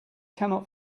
cannot